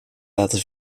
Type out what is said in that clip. laten